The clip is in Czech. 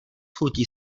chutí